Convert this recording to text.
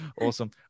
Awesome